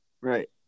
Right